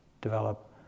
develop